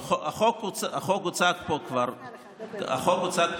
החוק הוצג פה כבר קודם,